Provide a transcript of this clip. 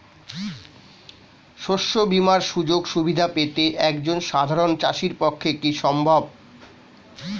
শস্য বীমার সুযোগ সুবিধা পেতে একজন সাধারন চাষির পক্ষে কি সম্ভব?